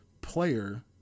player